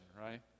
Right